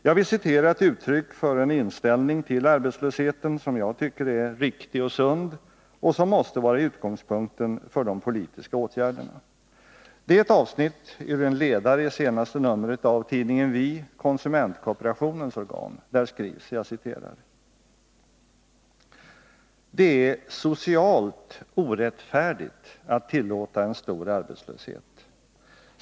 Jag vill citera ett uttryck för en inställning till arbetslösheten som jag tycker är riktig och sund och som måste vara utgångspunkten för de politiska åtgärderna. Det är ett avsnitt ur en ledare i senaste numret av tidningen Vi, konsumentkooperationens organ. Där skrivs: ”Det är socialt orättfärdigt att tillåta en stor arbetslöshet.